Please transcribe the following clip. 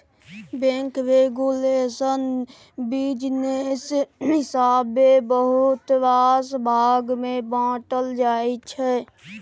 bank regulation business हिसाबेँ बहुत रास भाग मे बाँटल जाइ छै